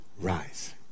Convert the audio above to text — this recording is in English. rise